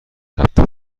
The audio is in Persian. ثبت